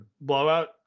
blowout